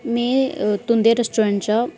मै तुं'दे रेस्टुरेंट चा